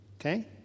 okay